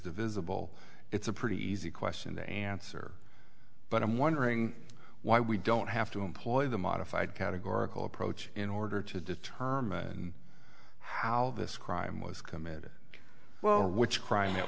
divisible it's a pretty easy question to answer but i'm wondering why we don't have to employ the modified categorical approach in order to determine how this crime was committed well which crime it